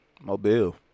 mobile